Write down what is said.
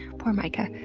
poor micah.